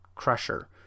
crusher